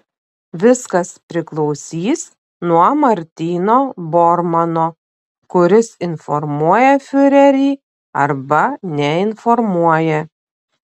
viskas priklausys nuo martyno bormano kuris informuoja fiurerį arba neinformuoja